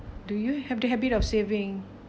do you have the habit of saving